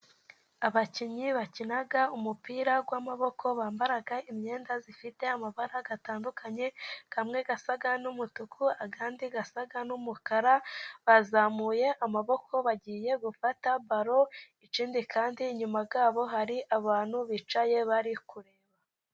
Abakinnyi bakina umupira w'amaboko bambara imyenda ifite amabara atandukanye, amwe asa n'umutuku, ayandi asa n'umukara, bazamuye amaboko bagiye gufata baro, ikindi kandi inyuma y'abo hari abantu bicaye bari kureba.